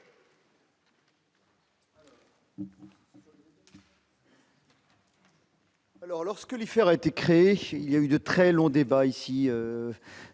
Alors, lorsque les faire a été créé il y a eu de très longs débats ici,